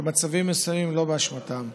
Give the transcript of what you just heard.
במצבים מסוימים לא באשמתן.